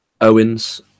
owens